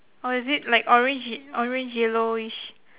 or is it like orange ye~ orange yellowish